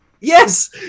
yes